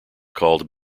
called